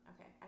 okay